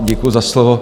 Děkuju za slovo.